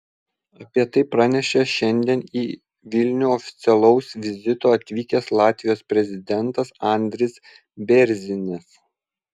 apie tai pranešė šiandien į vilnių oficialaus vizito atvykęs latvijos prezidentas andris bėrzinis